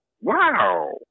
Wow